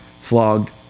flogged